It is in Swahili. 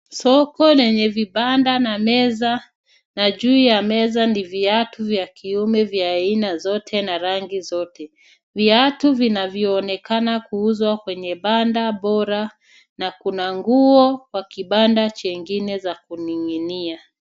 Soko lenye vibanda na meza na juu ya meza ni viatu vya kiume vya aina zote na rangi zote. Viatu vinavyoonekana kuuzwa kwenye banda bora na kuna nguo kwa kibanda chengine za kuninginia.